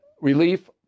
relief